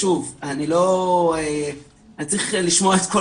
שוב, אני צריך לשמוע את כל